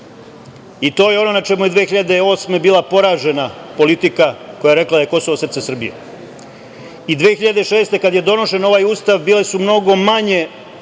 To je ono na čemu je 2008. godine bila poražena politika koja je rekla da je Kosovo srce Srbije, i 2006. godine kada je donošen ovaj Ustav bile su mnogo manje